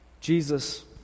Jesus